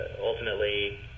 ultimately